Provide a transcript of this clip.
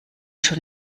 schon